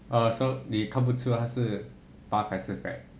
err so 你看不出他是 buff 还是 fat